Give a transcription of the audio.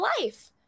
life